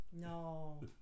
No